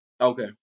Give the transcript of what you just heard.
Okay